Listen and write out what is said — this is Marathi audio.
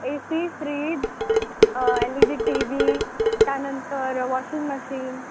ए C fridge L E D T V त्यानंतर वॉशिंग मशीन